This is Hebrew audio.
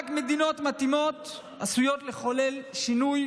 רק מדיניות מתאימה עשויה לחולל שינוי,